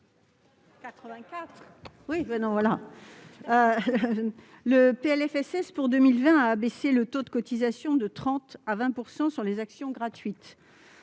Le PLFSS pour 2020 a abaissé le taux de cotisations sur les actions gratuites